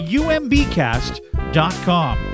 umbcast.com